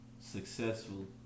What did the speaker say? successful